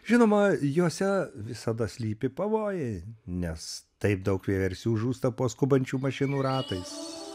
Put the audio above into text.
žinoma jose visada slypi pavojai nes taip daug vieversių žūsta po skubančių mašinų ratais